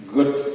Good